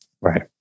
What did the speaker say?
Right